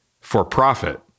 For-profit